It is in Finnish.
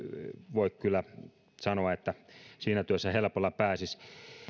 voi sanoa että siinä työssä helpolla pääsisi